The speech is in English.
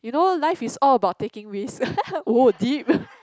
you know life is all about taking risk oh deep